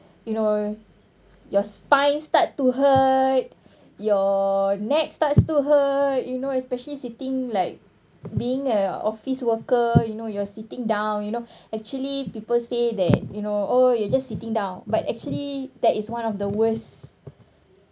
you know your spine start to hurt your neck starts to hurt you know especially sitting like being a office worker you know you are sitting down you know actually people say that you know oh you're just sitting down but actually that is one of the worst